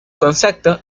concepto